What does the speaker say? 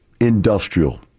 industrial